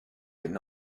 could